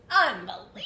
unbelievable